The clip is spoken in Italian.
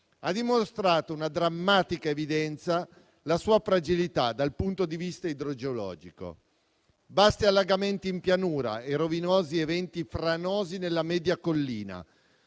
ha dimostrato con drammatica evidenza la sua fragilità dal punto di vista idrogeologico. Vasti allagamenti in pianura e rovinosi eventi franosi nella media collina